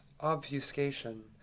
obfuscation